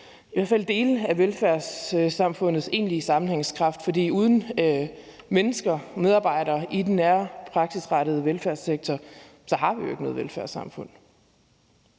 i hvert fald dele af velfærdssamfundets egentlige sammenhængskraft, for uden mennesker, medarbejdere, i den nære, praksisrettede velfærdssektor har vi jo ikke noget velfærdssamfund.